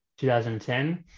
2010